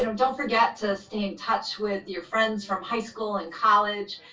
don't don't forget to stay in touch with your friends from high school and college.